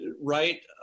right